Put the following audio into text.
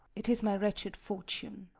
it is my wretched fortune.